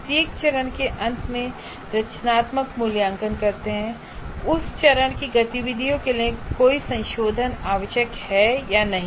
प्रत्येक चरण के अंत में रचनात्मक मूल्यांकन करते हैं कि उस चरण की गतिविधियों के लिए कोई संशोधन आवश्यक है या नहीं